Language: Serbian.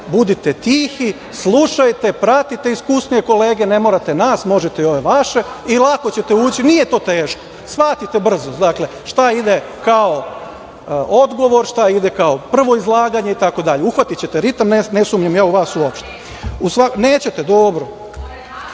budite tihi, slušajte, pratite iskusnije kolege. Ne morate nas, možete i ove vaše i lako ćete ući, nije to teško. Shvatite brzo, šta ide kao odgovor, šta ide kao prvo izlaganje itd. Uhvatićete ritam, ne sumnjam u vas uopšte. Nećete,